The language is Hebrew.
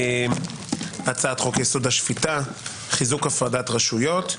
הצעת חוק-יסוד: השפיטה (חיזוק הפרדת רשויות).